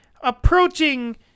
approaching